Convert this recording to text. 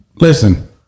Listen